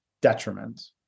detriment